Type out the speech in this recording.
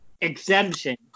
exemption